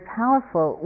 powerful